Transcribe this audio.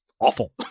awful